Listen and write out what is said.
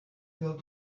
filled